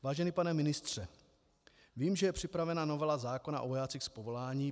Vážený pane ministře, vím, že je připravena novela zákona o vojácích z povolání.